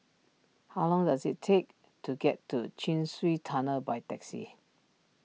how long does it take to get to Chin Swee Tunnel by taxi